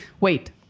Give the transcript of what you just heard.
Wait